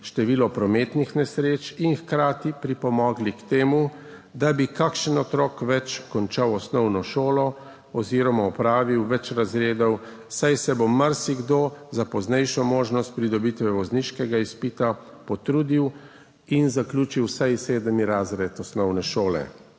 število prometnih nesreč in hkrati pripomogli k temu, da bi kakšen otrok več končal osnovno šolo oziroma opravil več razredov, saj se bo marsikdo za poznejšo možnost pridobitve vozniškega izpita potrudil in zaključil vsaj sedmi razred osnovne šole.